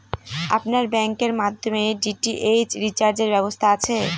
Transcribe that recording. আপনার ব্যাংকের মাধ্যমে ডি.টি.এইচ রিচার্জের ব্যবস্থা আছে?